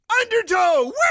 undertow